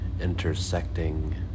intersecting